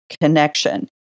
connection